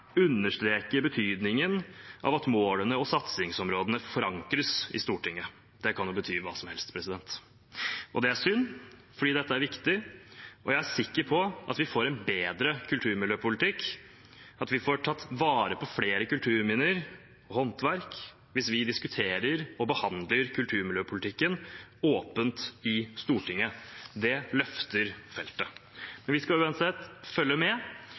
i innstillingen. Det kan jo bety hva som helst. Det er synd, for dette er viktig. Jeg er sikker på at vi får en bedre kulturmiljøpolitikk, og at vi får tatt vare på flere kulturminner og håndverk, hvis vi diskuterer og behandler kulturmiljøpolitikken åpent i Stortinget. Det løfter feltet. Vi skal uansett følge med.